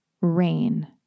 rain